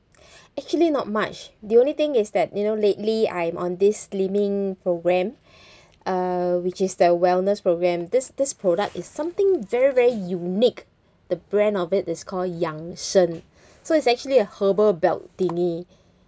actually not much the only thing is that you know lately I'm on this slimming programme uh which is the wellness programme this this product is something very very unique the brand of it is called yang shen so it's actually a herbal belt thingy